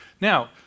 Now